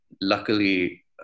Luckily